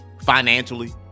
financially